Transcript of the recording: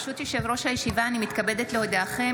ראשית,